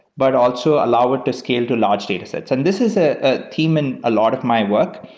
but also allow it to scale to large datasets. and this is ah a team and a lot of my work.